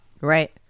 right